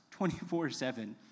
24-7